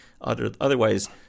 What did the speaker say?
otherwise